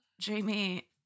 Jamie